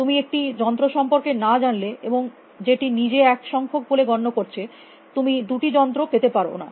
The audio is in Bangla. তুমি একটি যন্ত্র সম্পর্কে না জানলে এবং যেটি নিজে এক সংখ্যক বলে গণ্য করছে তুমি দুটি যন্ত্র পেতে পারো না